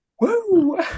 Woo